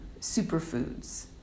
superfoods